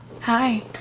Hi